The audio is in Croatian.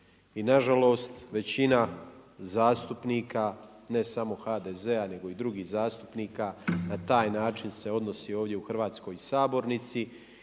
I nažalost, većina zastupnika, ne samo HDZ-a nego i drugih zastupnika, na taj način se odnosi ovdje u Hrvatskoj sabornici